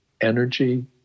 energy